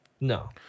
No